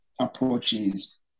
approaches